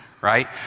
right